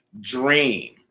dream